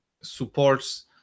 supports